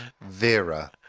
Vera